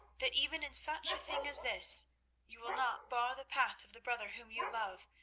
that even in such a thing as this you will not bar the path of the brother whom you love.